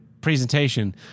presentation